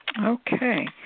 Okay